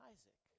Isaac